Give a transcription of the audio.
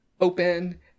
open